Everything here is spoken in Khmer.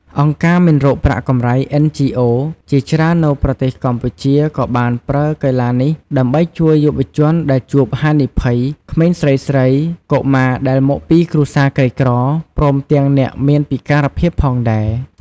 អង្គការមិនរកប្រាក់កម្រៃ NGOs ជាច្រើននៅប្រទេសកម្ពុជា ក៏បានប្រើកីឡានេះ ដើម្បីជួយយុវរជនដែលជួបហានិភ័យ ក្មេងស្រីៗ កុមារដែលមកពីគ្រួសារក្រីក្រ ព្រមទាំងអ្នកមានពិការភាពផងដែរ។